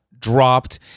dropped